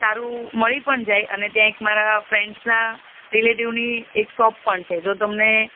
સારું મળી પણ જાય અને ત્યાં એક મારા ફ્રેન્ડ્સના રિલેટિવની એક શોપ પણ છે જો તમને